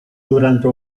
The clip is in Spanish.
durante